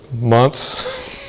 months